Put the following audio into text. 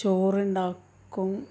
ചോറ് ഉണ്ടാക്കും